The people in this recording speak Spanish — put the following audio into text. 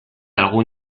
algún